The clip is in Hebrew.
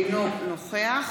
אינו נוכח